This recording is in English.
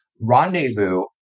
Rendezvous